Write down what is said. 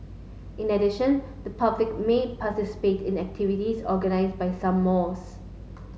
in addition the public may participate in activities organize by some malls